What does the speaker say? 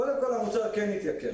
קודם כול, המוצר כן יתייקר.